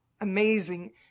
amazing